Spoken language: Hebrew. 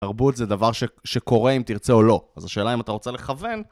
תרבות זה דבר שקורה אם תרצה או לא, אז השאלה היא אם אתה רוצה לכוון.